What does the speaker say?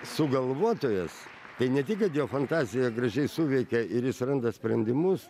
sugalvotojas tai ne tik kad jo fantazija gražiai suveikia ir jis randa sprendimus